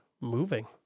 moving